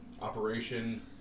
operation